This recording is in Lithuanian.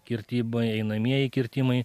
kirtimai einamieji kirtimai